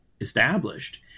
established